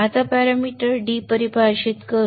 आता parameter d परिभाषित करू